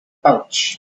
pouch